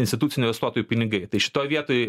institucinių investuotojų pinigai tai šitoj vietoj